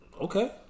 Okay